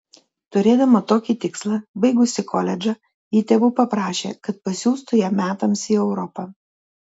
turėdama tokį tikslą baigusi koledžą ji tėvų paprašė kad pasiųstų ją metams į europą